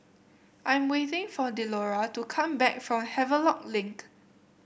I am waiting for Delora to come back from Havelock Link